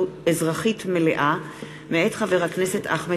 2013, מאת חברי הכנסת נחמן